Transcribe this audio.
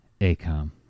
Acom